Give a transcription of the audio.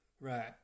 Right